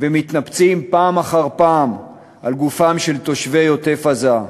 ומתנפצים פעם אחר פעם על גופם של תושבי עוטף-עזה.